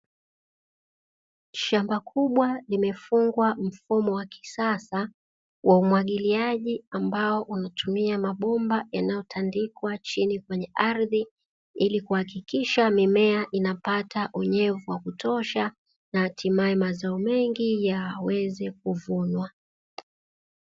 Shamba kubwa limefungwa mfumo wa kisasa wa umwagiliaji ambao unatumia mabomba yanayotandikwa chini kwenye ardhi ili kuhakikisha mimea inapata unyevu wa kutosha na hatimaye mazao mengi yaweze kuvunwa.